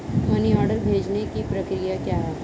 Money order भेजने की प्रक्रिया क्या है?